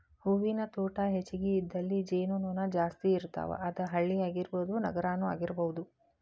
ಹೂವಿನ ತೋಟಾ ಹೆಚಗಿ ಇದ್ದಲ್ಲಿ ಜೇನು ನೊಣಾ ಜಾಸ್ತಿ ಇರ್ತಾವ, ಅದ ಹಳ್ಳಿ ಆಗಿರಬಹುದ ನಗರಾನು ಆಗಿರಬಹುದು